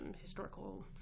historical